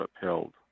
upheld